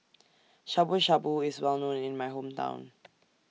Shabu Shabu IS Well known in My Hometown